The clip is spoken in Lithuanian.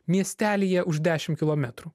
miestelyje už dešim kilometrų